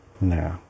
No